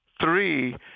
Three